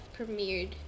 premiered